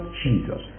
jesus